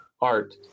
art